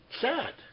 Sad